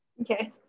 Okay